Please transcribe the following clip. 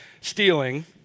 stealing